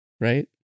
right